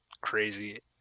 crazy